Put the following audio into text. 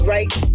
Right